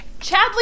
Chadley